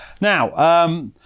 Now